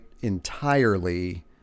entirely